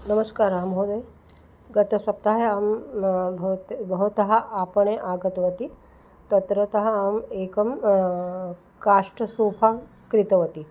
नमस्कारः महोदय गतसप्ताहे अहं भवतः भवतः आपणे आगतवती तत्रतः अहम् एकं काष्टसूपं क्रीतवती